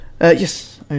Yes